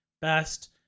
best